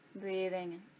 Breathing